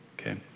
okay